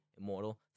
immortal